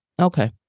Okay